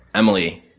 emily,